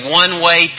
one-way